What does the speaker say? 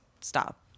stop